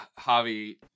Javi